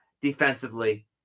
defensively